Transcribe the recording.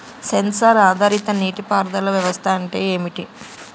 Censor ఆధారిత నీటి పారుదల వ్యవస్థ అంటే ఏమిటి?